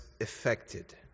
affected